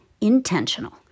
intentional